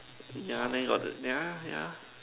yeah then got the yeah yeah